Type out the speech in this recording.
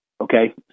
Okay